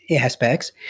aspects